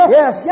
yes